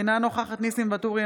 אינה נוכחת ניסים ואטורי,